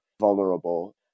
vulnerable